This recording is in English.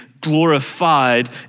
glorified